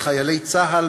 בחיילי צה"ל,